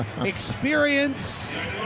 experience